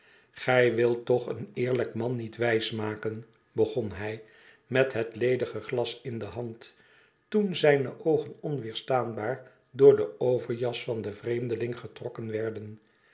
gij wilt toch een eerlijk man niet wijsmaken begon hij met het ledige glas in de hand toen zijne oogen onweerstaanbaar door de overjas van den vreemdeling getrokken werden